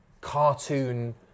cartoon